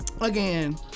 again